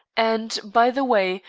and, by the way,